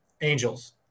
angels